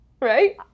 Right